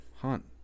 hunt